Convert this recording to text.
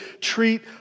treat